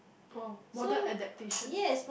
!wow! modern adaptation